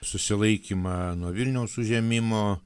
susilaikymą nuo vilniaus užėmimo